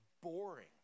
boring